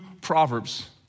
Proverbs